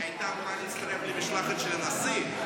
היא הייתה אמורה להצטרף למשלחת של הנשיא,